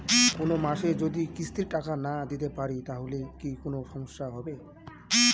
কোনমাসে যদি কিস্তির টাকা না দিতে পারি তাহলে কি কোন সমস্যা হবে?